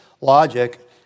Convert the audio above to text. logic